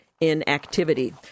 inactivity